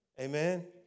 Amen